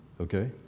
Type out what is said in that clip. Okay